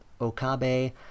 Okabe